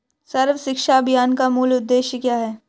सर्व शिक्षा अभियान का मूल उद्देश्य क्या है?